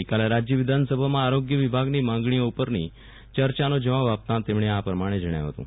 ગઈકાલે રાજય વિધાનસભામાં આરોગ્ય વિભાગની માગણીઓ ઉપરની ચર્ચાનો જવાબ આપતાં તેમણે આ પ્રમાણે જણાવ્યું હતું